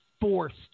forced